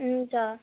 हुन्छ